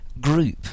group